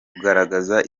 kugaragaza